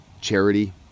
charity